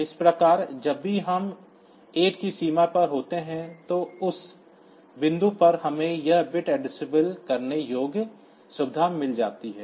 इस प्रकार जब भी हम 8 की सीमा पर होते हैं तो उस बिंदु पर हमें यह बिट एड्रेस करने योग्य सुविधा मिल जाती है